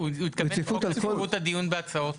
הוא התכוון לרציפות הדיון בהצעות חוק.